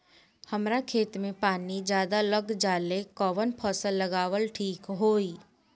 हमरा खेत में पानी ज्यादा लग जाले कवन फसल लगावल ठीक होई?